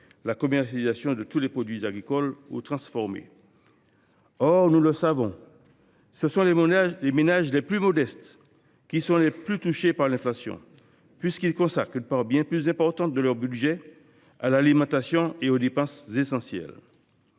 la commercialisation de tous les produits, agricoles ou transformés. Nous le savons, les ménages les plus modestes sont les plus touchés par l’inflation, car ils allouent une part significativement plus importante de leur budget à l’alimentation et aux dépenses essentielles.